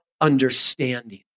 understanding